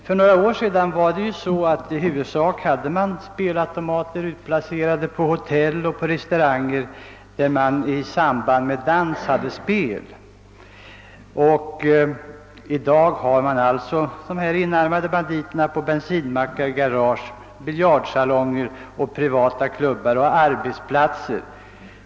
För några år sedan var spelautomater i huvudsak utplacerade på hotell och restauranger, där det anordnades spel i samband med dans. Men i dag finner vi »enarmade banditer» på bensinmackar, garage, biljardsalonger, privata klubbar och arbetsplatser.